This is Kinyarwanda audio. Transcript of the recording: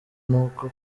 nuko